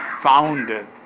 Founded